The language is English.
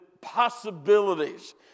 possibilities